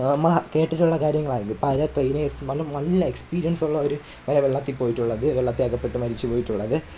നമ്മൾ ആ കേട്ടിട്ടുള്ള കാര്യങ്ങളാണ് ഇത് പല ട്രേയ്നേഴ്സ്സ് നല്ല നല്ല എക്സ്പീരിയന്സ് ഉള്ളവർ വരെ വെള്ളത്തില് പോയിട്ടുള്ളത് വെള്ളത്തിൽ അകപ്പെട്ട് മരിച്ച് പോയിട്ടുള്ളത്